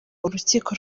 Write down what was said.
urukiko